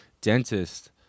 dentist